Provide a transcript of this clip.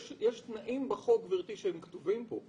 יש תנאים בחוק שכתובים פה.